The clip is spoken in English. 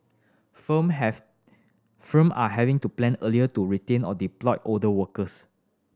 firm have firm are having to plan earlier to retrain or redeploy older workers